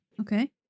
okay